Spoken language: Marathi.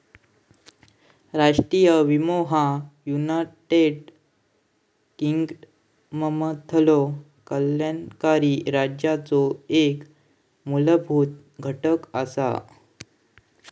राष्ट्रीय विमो ह्या युनायटेड किंगडममधलो कल्याणकारी राज्याचो एक मूलभूत घटक असा